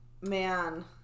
man